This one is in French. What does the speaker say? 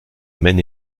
maine